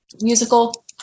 musical